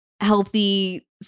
healthy